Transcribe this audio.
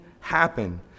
happen